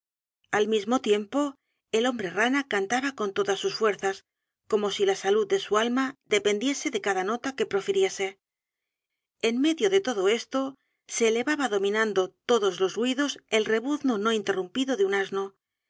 al mismo tiempo el hombre r a n a cantaba con todas sus fuerzas como si la salud de su alma dependiese de cada nota que profiriese en medio de todo esto se elevaba dominando todos los ruidos el rebuzno no interrumpido l e u